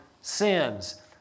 sins